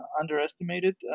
underestimated